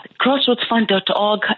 crossroadsfund.org